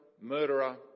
murderer